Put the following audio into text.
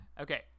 Okay